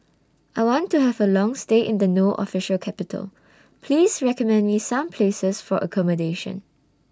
I want to Have A Long stay in The No Official Capital Please recommend Me Some Places For accommodation